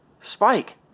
Spike